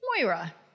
Moira